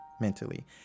mentally